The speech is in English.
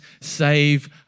save